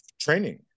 Training